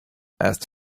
asked